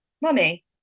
mummy